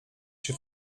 się